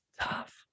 Tough